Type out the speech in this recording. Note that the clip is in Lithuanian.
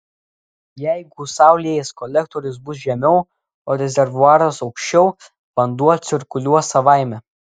jeigu saulės kolektorius bus žemiau o rezervuaras aukščiau vanduo cirkuliuos savaime